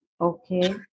Okay